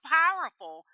powerful